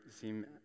seem